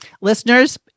listeners